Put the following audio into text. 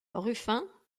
ruffin